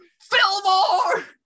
Fillmore